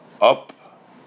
up